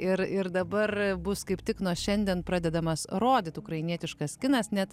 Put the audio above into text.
ir ir dabar bus kaip tik nuo šiandien pradedamas rodyti ukrainietiškas kinas net